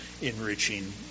enriching